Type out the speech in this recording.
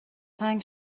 تنگ